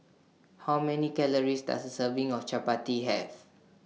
How Many Calories Does A Serving of Chappati Have